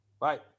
bye